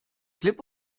klipp